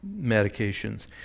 medications